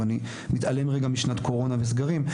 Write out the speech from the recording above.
אני מתעלם רגע משנת קורונה וסגרים,